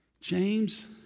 James